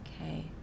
okay